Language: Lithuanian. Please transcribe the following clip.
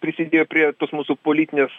prisidėjo prie tos mūsų politinės